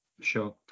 Sure